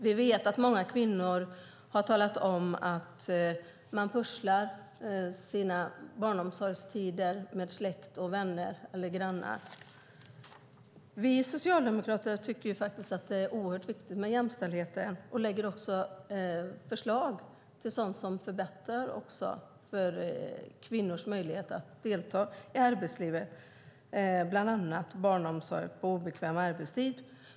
Vi vet att många kvinnor talat om att de pusslar ihop sina barnomsorgstider med släkt, vänner eller grannar. Vi socialdemokrater tycker att det är oerhört viktigt med jämställdhet och lägger också fram förslag som förbättrar kvinnors möjligheter att delta i arbetslivet, bland annat barnomsorg på obekväm arbetstid.